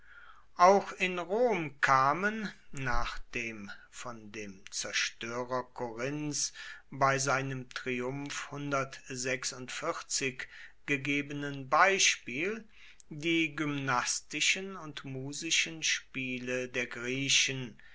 auch in rom kamen nach dem von dem zerstörer korinths bei seinem triumph gegebenen beispiel die gymnastischen und musischen spiele der griechen